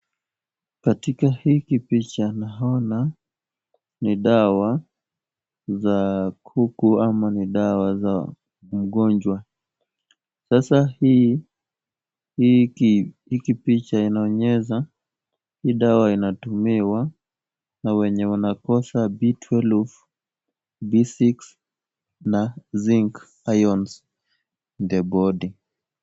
Katika hiki picha naona ni dawa za kuku ama ni dawa za mgonjwa. Sasa hiki picha inaonyesha hii dawa inatumiwa na wenye wanakosa B12, B6 na Zinc Irons in the body .